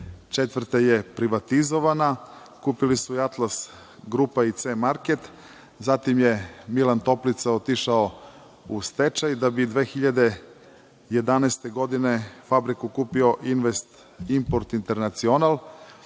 godine je privatizovana, kupili su je „Atlas grupa“ i „C market“, zatim je Milan Toplica otišao u stečaj, da bi 2011. godine fabriku kupio „Invest import internacional“,